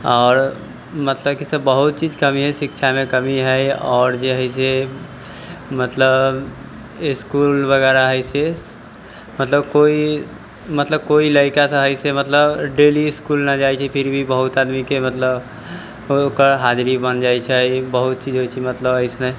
आओर मतलब कि से बहुत चीज कमी हइ शिक्षामे कमी हइ आओर जे हइ से मतलब इसकुल वगैरह हइ से मतलब केओ मतलब केओ मतलब केओ लइका सब हइ से मतलब डेली इसकुल नहि जाइत छै फिर भी बहुत आदमीके मतलब ओकर हाजरी बन जाइत छै बहुत चीज होइत छै मतलब अइसन